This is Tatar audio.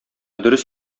дөрес